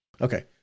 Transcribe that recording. Okay